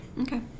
Okay